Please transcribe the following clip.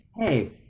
hey